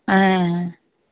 হ্যাঁ